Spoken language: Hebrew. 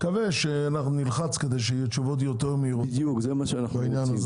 נקווה שנלחץ כדי שיהיו תשובות יותר מהירות בעניין הזה.